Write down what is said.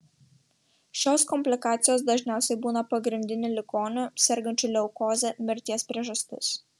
šios komplikacijos dažniausiai būna pagrindinė ligonių sergančių leukoze mirties priežastis